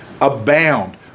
abound